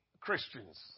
Christians